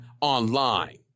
online